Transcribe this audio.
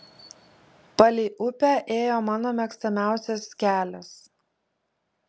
palei upę ėjo mano mėgstamiausias kelias